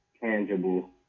tangible